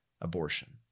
abortion